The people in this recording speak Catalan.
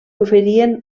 oferien